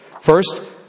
First